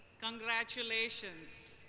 congratulations!